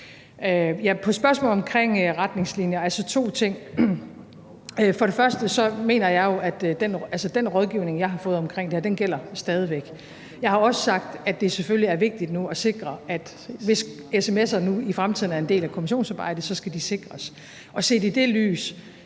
På spørgsmålet om retningslinjer vil jeg svare to ting: For det første mener jeg jo, at den rådgivning, jeg har fået om det her, stadig væk gælder. For det andet har jeg også sagt, at det selvfølgelig er vigtigt nu at sikre, at hvis sms'er i fremtiden bliver en del af kommissionsarbejdet, skal de sikres. Set i det lys